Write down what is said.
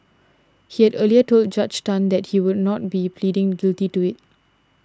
he had earlier told Judge Tan that he would not be pleading guilty to it